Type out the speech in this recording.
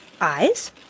Eyes